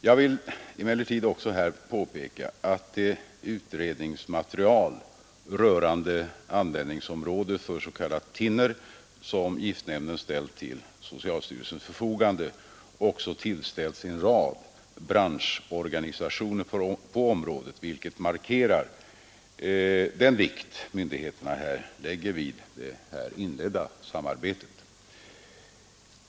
Jag vill också påpeka att det utredningsmaterial rörande användningsområdet för s.k. thinner som giftnämnden ställt till socialstyrelsens förfogande också tillställts en rad branschorganisationer på området, vilket markerar den vikt myndigheterna er vid det här inledda samarbetet.